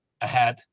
ahead